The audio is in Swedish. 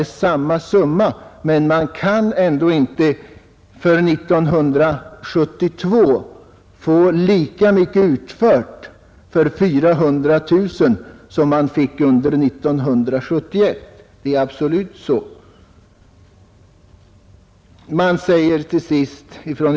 Ja, det är samma summa, men man kan ändå inte under 1972 få lika mycket utfört för 400 000 kronor som man fick under 1971. Så är det absolut!